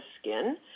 skin